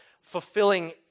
fulfilling